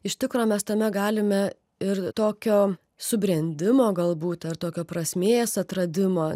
iš tikro mes tame galime ir tokio subrendimo galbūt ar tokio prasmės atradimo